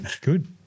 Good